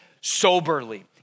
soberly